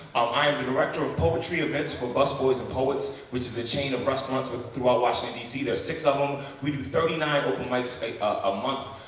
i am the director of poetry events for busboys and poets which is a chain of restaurants but throughout washington, d c. there're six of them. we do thirty nine open mics a a month.